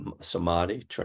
samadhi